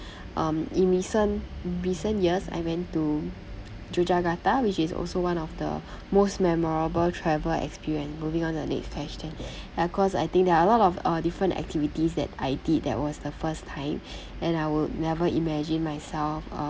um in recent recent years I went to yogyakarta which is also one of the most memorable travel experience moving on to the next question ya cause I think there are a lot of uh different activities that I did that was the first time and I would never imagine myself uh